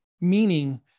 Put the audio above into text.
meaning